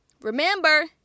Remember